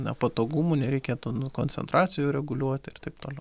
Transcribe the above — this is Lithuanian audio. nepatogumų nereikėtų nu koncentracijų reguliuoti ir taip toliau